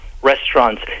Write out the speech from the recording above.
Restaurants